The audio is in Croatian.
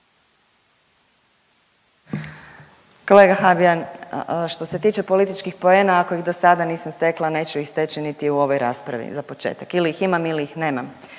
Kolega Habijan, što se tiče političkih poena ako ih do sada nisam stekla neću ih steći niti u ovoj raspravi za početak ili ih imam ili ih nemam.